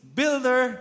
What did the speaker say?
builder